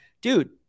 dude